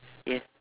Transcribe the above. yes